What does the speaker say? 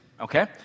Okay